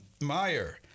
Meyer